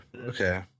Okay